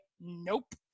nope